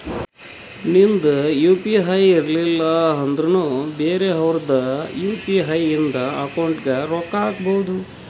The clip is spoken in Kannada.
ನಿಂದ್ ಯು ಪಿ ಐ ಇರ್ಲಿಲ್ಲ ಅಂದುರ್ನು ಬೇರೆ ಅವ್ರದ್ ಯು.ಪಿ.ಐ ಇಂದ ಅಕೌಂಟ್ಗ್ ರೊಕ್ಕಾ ಹಾಕ್ಬೋದು